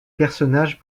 personnages